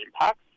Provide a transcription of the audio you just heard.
impacts